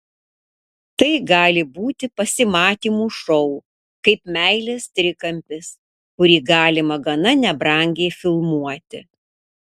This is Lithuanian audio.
tai gali būti pasimatymų šou kaip meilės trikampis kurį galima gana nebrangiai filmuoti